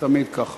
תמיד ככה.